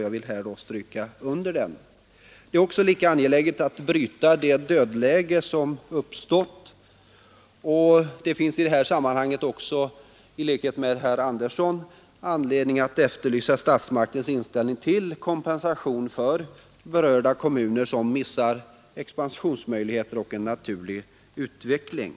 Jag vill därför stryka under den meningen. Lika angeläget är det att bryta det dödläge som har uppstått. Det finns också i detta sammanhang anledning att — som herr Andersson i Ljung gjorde — efterlysa statsmakternas inställning till frågan om kompensation för berörda kommuner, som genom skjutfältsutvidgningen missar sina expansionsmöjligheter och möjligheterna till en naturlig utveckling.